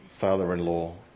father-in-law